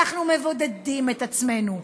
אנחנו מבודדים את עצמנו.